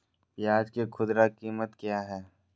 प्याज के खुदरा कीमत क्या है?